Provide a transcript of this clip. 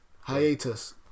Hiatus